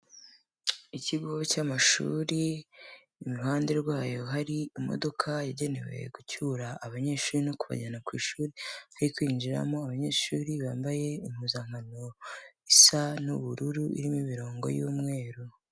Ikigo cy'amashuri, iruhande rwayo hari imodoka yagenewe gucyura abanyeshuri no kubajyana ku ishuri, hari kwinjiramo abanyeshuri bambaye impuzankano isa n'ubururu irimo imirongo y'umweru.